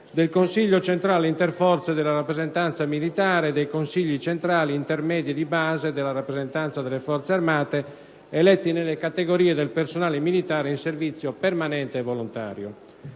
del Consiglio centrale interforze della rappresentanza militare, nonché dei consigli centrali, intermedi e di base della rappresentanza delle Forze armate, eletti nelle categorie del personale militare in servizio permanente e volontario.